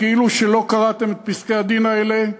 כאילו לא קראתם את פסקי-הדין האלה,